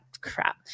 crap